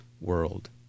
world